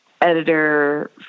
editor